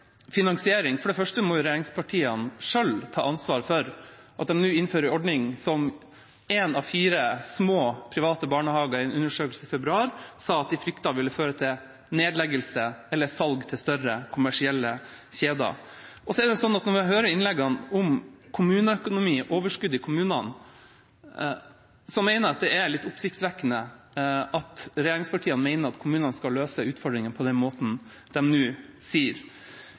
det som gjelder finansiering. Regjeringspartiene må selv ta ansvar for at de innfører en ordning som én av fire små private barnehager, i en undersøkelse i februar, sa de frykter vil føre til nedleggelse eller salg til større kommersielle kjeder. Når vi hører innleggene om kommuneøkonomi og overskudd i kommunene, er det litt oppsiktsvekkende at regjeringspartiene mener kommunene skal løse utfordringene på den måten de nå sier.